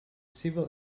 civil